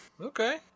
Okay